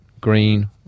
green